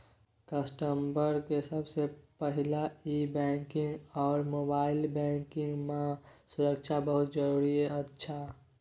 customer के सबसे पहला ई बैंकिंग आर मोबाइल बैंकिंग मां सुरक्षा बहुत जरूरी अच्छा